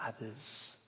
others